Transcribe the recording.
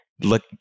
look